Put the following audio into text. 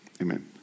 amen